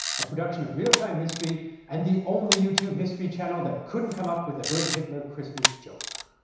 a production of real time history and the only youtube history channel that couldn't come up with a good hitler christmas joke.